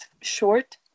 short